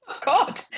God